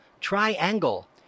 Triangle